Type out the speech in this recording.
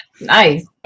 Nice